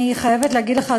אני חייבת להגיד לך,